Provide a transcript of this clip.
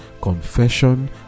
confession